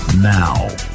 Now